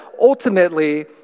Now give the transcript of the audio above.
ultimately